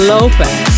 Lopez